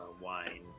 wine